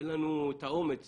אין לנו את האומץ